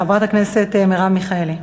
חברת הכנסת מרב מיכאלי.